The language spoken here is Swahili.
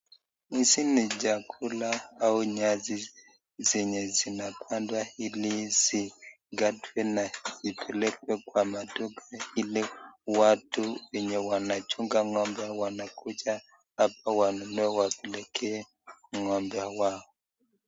Hizi ni chakula au nyasi zenye zinakwanda ili zigatwe na zipelekwe kwa maduka ile watu wenye wanachunga ng'ombe wanakuja hapa wanunue waelekee ng'ombe wao.